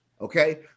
okay